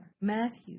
Matthew